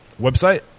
Website